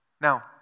Now